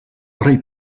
rei